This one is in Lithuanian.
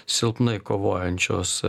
silpnai kovojančios